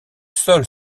sol